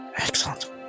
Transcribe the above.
Excellent